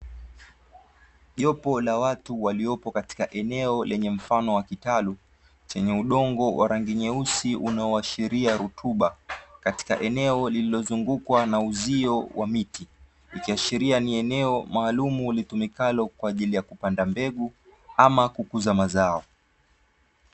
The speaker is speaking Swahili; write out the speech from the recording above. Jopo la watu waliopo katika eneo lenye mfano wa kitalu chenye udongo wa rangi nyeusi, unaoashiria rutuba katika eneo lililozungukwa na uzio wa miti, ikiashiria ni eneo maalumu litumikalo kwa ajili ya kupanda mbegu ama kukuza mazao.